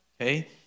okay